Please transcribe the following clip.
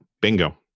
bingo